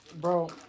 Bro